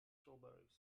strawberries